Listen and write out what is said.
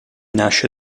nasce